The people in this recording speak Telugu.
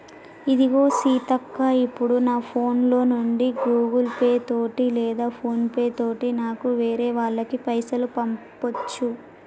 ఇదిగో సీతక్క ఇప్పుడు నా ఫోన్ లో నుండి గూగుల్ పే తోటి లేదా ఫోన్ పే తోటి నీకు వేరే వాళ్ళకి పైసలు పంపొచ్చు